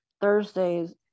Thursdays